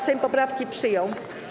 Sejm poprawki przyjął.